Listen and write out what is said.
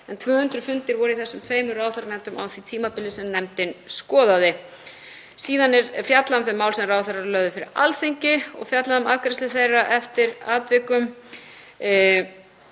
en 200 fundir voru í þessum tveimur ráðherranefndum á því tímabili sem nefndin skoðaði. Síðan er fjallað um þau mál sem ráðherrar lögðu fyrir Alþingi og fjallaði um afgreiðslu þeirra eftir atvikum.